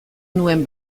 nuen